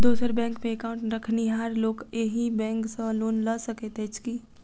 दोसर बैंकमे एकाउन्ट रखनिहार लोक अहि बैंक सँ लोन लऽ सकैत अछि की?